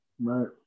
right